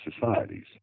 Societies